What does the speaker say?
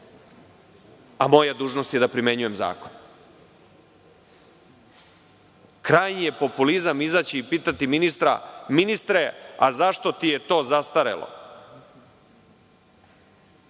a moja dužnost je da primenjujem zakon. Krajnji je populizam izaći i pitati ministra – ministre, a zašto ti je to zastarelo?